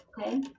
Okay